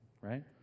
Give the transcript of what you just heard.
right